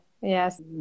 Yes